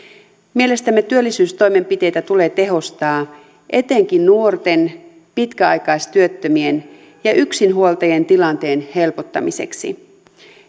mielestämme työllisyystoimenpiteitä tulee tehostaa etenkin nuorten pitkäaikaistyöttömien ja yksinhuoltajien tilanteen helpottamiseksi